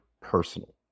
personal